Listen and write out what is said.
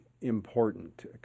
important